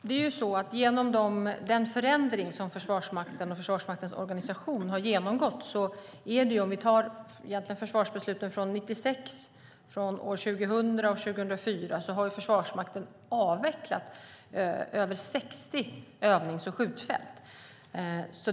Fru talman! Försvarsmakten och dess organisation har genomgått en stor förändring och har genom försvarsbesluten 1996, 2000 och 2004 avvecklat över 60 övnings och skjutfält.